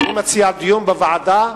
אני מציע דיון בוועדה,